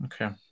okay